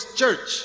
church